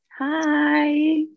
Hi